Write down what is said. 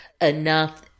enough